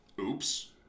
Oops